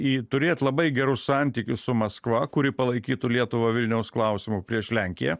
į turėt labai gerus santykius su maskva kuri palaikytų lietuvą vilniaus klausimu prieš lenkiją